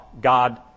God